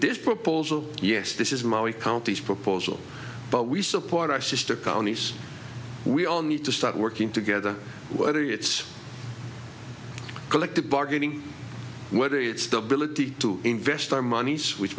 this proposal yes this is my way counties proposal but we support our sister counties we all need to start working together whether it's collective bargaining whether it's the ability to invest our money switch